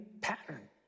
pattern